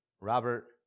Robert